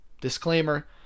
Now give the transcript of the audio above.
disclaimer